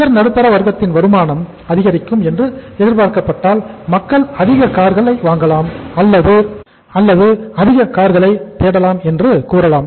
உயர் நடுத்தர வர்க்கத்தின் வருமானம் அதிகரிக்கும் என்று எதிர்பார்க்கப்பட்டால் மக்கள் அதிக கார்களை வாங்கலாம் அல்லது அதிக கார்களை தேடலாம் என்று கூறலாம்